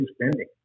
spending